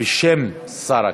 בשם שר הכלכלה.